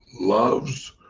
loves